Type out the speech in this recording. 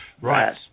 Right